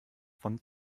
von